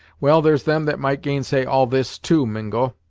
well, there's them that might gainsay all this, too, mingo.